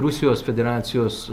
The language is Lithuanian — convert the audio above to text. rusijos federacijos